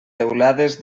teulades